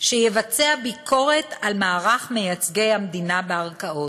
שיבצע ביקורת על מערך מייצגי המדינה בערכאות.